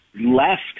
left